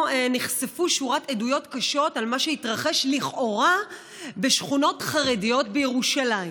נחשפה שורת עדויות קשות על מה שהתרחש לכאורה בשכונות חרדיות בירושלים,